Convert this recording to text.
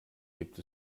gibt